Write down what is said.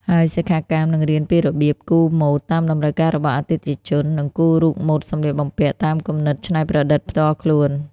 ហើយសិក្ខាកាមនឹងរៀនពីរបៀប គូរម៉ូដតាមតម្រូវការរបស់អតិថិជន និងគូររូបម៉ូដសម្លៀកបំពាក់ តាមគំនិតច្នៃប្រឌិតផ្ទាល់ខ្លួន។